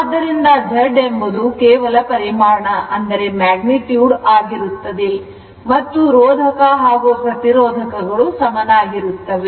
ಆದ್ದರಿಂದ Z ಎಂಬುದು ಕೇವಲ ಪರಿಮಾಣ ಆಗಿರುತ್ತದೆ ಮತ್ತು ರೋಧಕ ಹಾಗೂ ಪ್ರತಿರೋಧಕಗಳು ಸಮನಾಗಿರುತ್ತವೆ